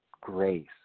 grace